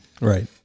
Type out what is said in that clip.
Right